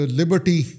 liberty